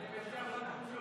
כי אני לא יכול להתמודד